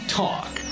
talk